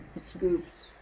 Scoops